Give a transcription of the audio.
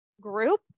group